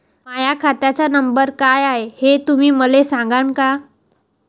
माह्या खात्याचा नंबर काय हाय हे तुम्ही मले सागांन का?